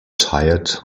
tired